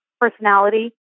personality